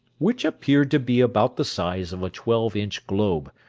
which appeared to be about the size of a twelve-inch globe,